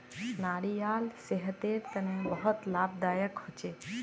नारियाल सेहतेर तने बहुत लाभदायक होछे